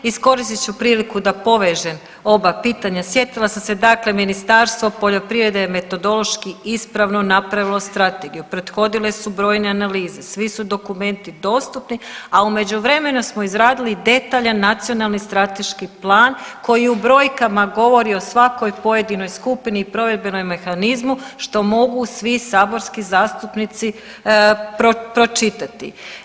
Iskoristit ću priliku da povežem oba pitanja, sjetila sam se dakle Ministarstvo poljoprivrede je metodološki ispravno napravilo strategiju, prethodile su brojne analize, svi su dokumenti dostupni, a u međuvremenu smo izradili detaljan nacionalni strateški plan koji u brojkama govori o svakoj pojedinoj skupini i provedbenom mehanizmu što mogu svi saborski zastupnici pročitati.